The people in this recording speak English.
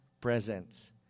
presence